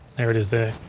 there it is there.